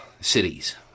cities